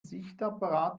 sichtapparat